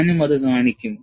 ഞാനും അത് കാണിക്കും